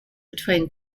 between